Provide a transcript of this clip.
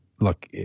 look